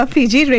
Fiji